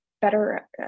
better